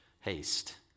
haste